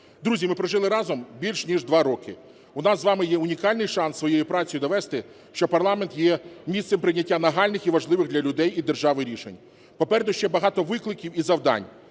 Друзі, ми прожили разом більше ніж два роки, у нас з вами є унікальний шанс своєю працею довести, що парламент є місцем прийняття нагальних і важливих для людей, і держави рішень. Попереду ще багато викликів і завдань,